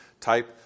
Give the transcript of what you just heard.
type